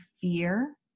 fear